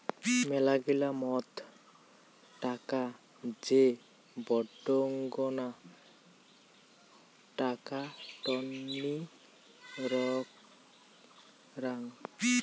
মেলাগিলা মত টাকা যে বডঙ্না টাকা টননি করাং